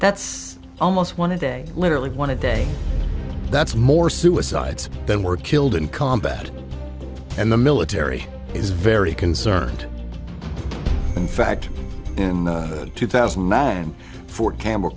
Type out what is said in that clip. that's almost one a day literally one a day that's more suicides than were killed in combat and the military is very concerned in fact in two thousand and nine fort campbell